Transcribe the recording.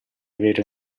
avere